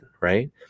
right